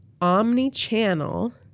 omni-channel